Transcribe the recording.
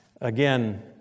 Again